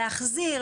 להחזיר,